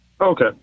Okay